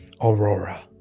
Aurora